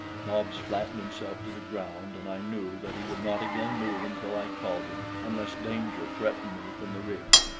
nobs flattened himself to the ground, and i knew that he would not again move until i called him, unless danger threatened me from the rear.